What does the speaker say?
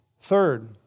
Third